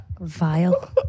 Vile